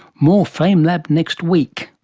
more famelab next week